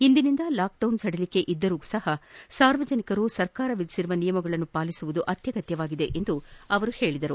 ಇಂದಿನಿಂದ ಲಾಕ್ಡೌನ್ ಸಡಿಲಿಕೆ ಇದ್ದರೂ ಸಪ ಸಾರ್ವಜನಿಕರು ಸರ್ಕಾರ ವಿಧಿಸಿರುವ ನಿಯಮಗಳನ್ನು ಪಾಲಿಸುವುದು ಅತ್ಯಗತ್ಯವಾಗಿದೆ ಎಂದು ಅವರು ಹೇಳಿದರು